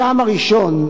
הטעם הראשון,